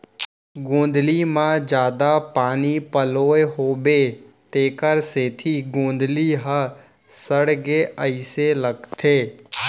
गोंदली म जादा पानी पलोए होबो तेकर सेती गोंदली ह सड़गे अइसे लगथे